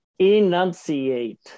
Enunciate